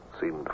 seemed